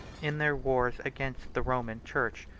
in their wars against the roman church,